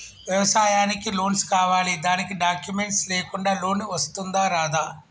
వ్యవసాయానికి లోన్స్ కావాలి దానికి డాక్యుమెంట్స్ లేకుండా లోన్ వస్తుందా రాదా?